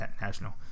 National